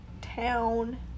town